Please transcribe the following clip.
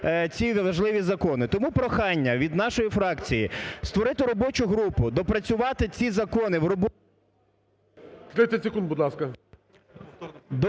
Тому прохання від нашої фракції створити робочу групу, доопрацювати ці закони в робочій…